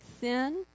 sin